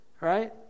right